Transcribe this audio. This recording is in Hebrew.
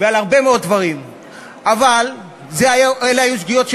מנהלת את מדיניות החוץ של